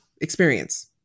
experience